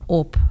op